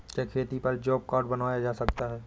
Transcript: क्या खेती पर जॉब कार्ड बनवाया जा सकता है?